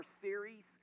series